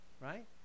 right